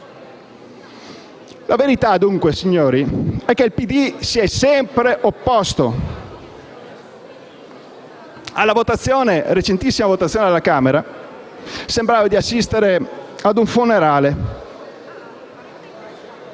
La verità dunque, signori, è che il PD si è sempre opposto. Nella recentissima votazione alla Camera sembrava di assistere ad un funerale.